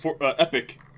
Epic